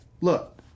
Look